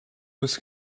was